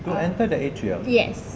to enter the atrium